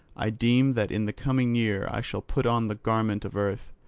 i deem that in the coming year i shall put on the garment of earth,